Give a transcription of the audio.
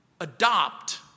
adopt